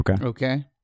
Okay